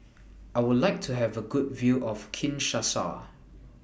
I Would like to Have A Good View of Kinshasa